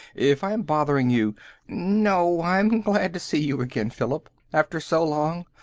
if i'm bothering you no. i'm glad to see you again, philip. after so long.